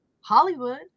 Hollywood